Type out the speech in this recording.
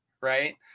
right